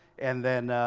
and then,